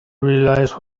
realize